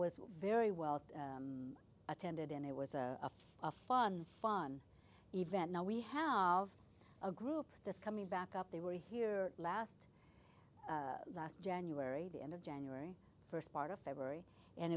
was very well attended and it was a fun fun event now we have a group that's coming back up they were here last last january the end of january first part of february and